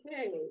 Okay